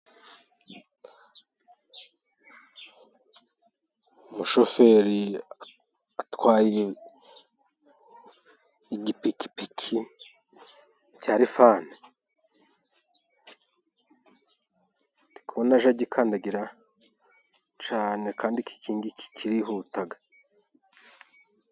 Umushoferi atwaye igipikipiki cya Lifani, ndi kubona ajya agikandagira cyane kandi iki ngiki kirihutaga .